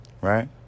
Right